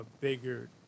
bigger